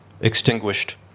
extinguished